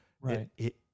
Right